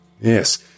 Yes